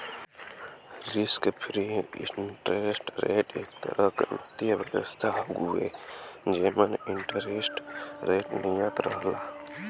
risk free interest rate एक तरह क वित्तीय व्यवस्था हउवे जेमन इंटरेस्ट रेट नियत रहला